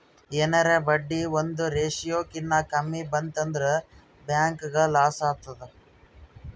ಎನಾರೇ ಬಡ್ಡಿ ಒಂದ್ ರೇಶಿಯೋ ಕಿನಾ ಕಮ್ಮಿ ಬಂತ್ ಅಂದುರ್ ಬ್ಯಾಂಕ್ಗ ಲಾಸ್ ಆತ್ತುದ್